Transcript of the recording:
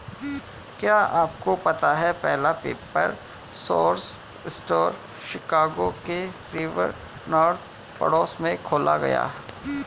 क्या आपको पता है पहला पेपर सोर्स स्टोर शिकागो के रिवर नॉर्थ पड़ोस में खोला गया?